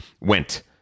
went